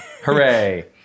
hooray